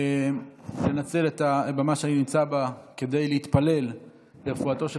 לנצל את הבמה שאני נמצא בה כדי להתפלל לרפואתו של